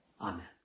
Amen